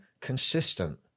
consistent